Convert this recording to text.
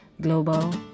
global